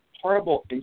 horrible